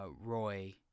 Roy